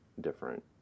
different